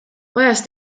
majas